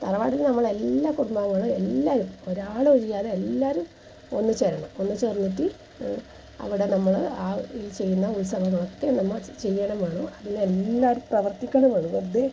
തറവാടിൽ നമ്മളെല്ലാ കുടുംബാംഗങ്ങളും എല്ലാവരും ഒരാളെഴിയാതെ എല്ലാവരും ഒന്നു ചേരണം ഒന്നു ചേർന്നിട്ട് അവിടെ നമ്മൾ ആ ഈ ചെയ്യുന്ന ഉത്സവങ്ങളൊക്കെ നമ്മൾ ചെയ്യുകയും വേണം അതിലെല്ലാവരും പ്രവൃത്തിക്കുക തന്നെ വേണം വെറുതേ